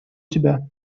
тебя